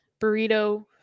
burrito